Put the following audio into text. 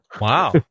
wow